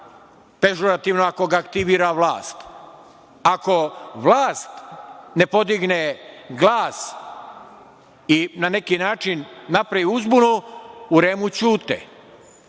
pežorativno, ako ga aktivira vlast. Ako vlast ne podigne glas i na neki način napravi uzbunu u REM-u ćute.